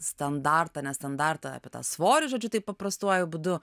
standartą nestandartą apie tą svorį žodžiu taip paprastuoju būdu